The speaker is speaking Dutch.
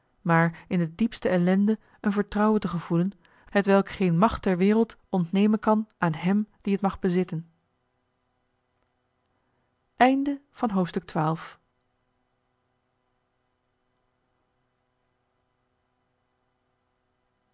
maar in de diepste ellende een vertrouwen te gevoelen hetwelk geen macht ter wereld ontnemen kan aan hem die het mag bezitten